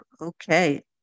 okay